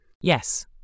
Yes